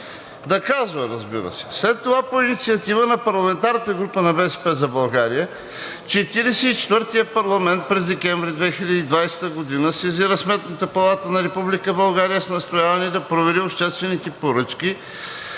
Да, казва, разбира се. След това по инициатива на парламентарната група на „БСП за България“ Четиридесет и четвъртият парламент през декември 2020 г. сезира Сметната палата на Република България с настояване да провери обществените поръчки